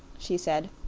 she said,